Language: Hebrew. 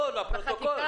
לא, לפרוטוקול.